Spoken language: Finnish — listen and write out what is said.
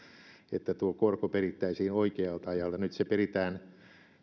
että tuo korko perittäisiin oikealta ajalta nyt se peritään